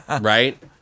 Right